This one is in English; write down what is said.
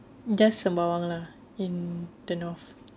just sembawang lah in the north